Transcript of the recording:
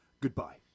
Goodbye